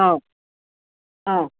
ꯑꯥ ꯑꯥ